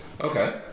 Okay